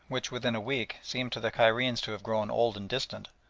which within a week seemed to the cairenes to have grown old and distant,